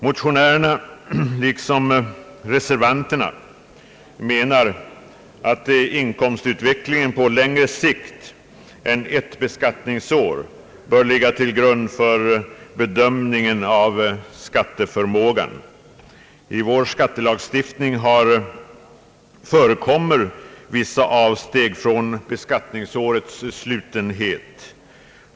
Motionärerna liksom reservanterna anser att inkomstutvecklingen på längre sikt än ett beskattningsår bör ligga till grund för bedömningen av skatteförmågan. I vår skattelagstiftning förekommer vissa avsteg från beskattningsårets slutenhet.